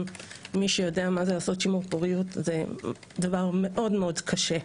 מי שיודע, שימור פוריות הוא דבר מאוד מאוד קשה.